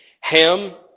Ham